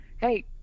hey